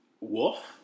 Wolf